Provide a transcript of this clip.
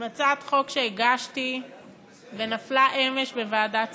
הצעת חוק שהגשתי ונפלה אמש בוועדת שרים.